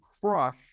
crush